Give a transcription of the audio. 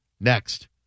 next